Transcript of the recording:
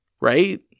Right